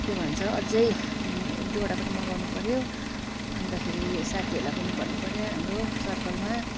के भन्छ अझै एकदुईवटा पनि मगाउनु पऱ्यो अन्तखेरि साथीहरूलाई पनि भन्नुपऱ्यो हाम्रो सर्कलमा